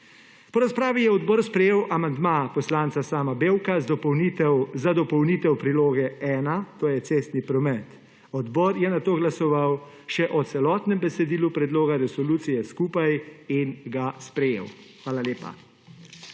Po razpravi je odbor sprejel amandma poslanca Sama Bevka za dopolnitev priloge 1, to je cestni promet. Odbor je nato glasoval še o celotnem besedilu predloga resolucije skupaj in ga sprejel. Hvala lepa.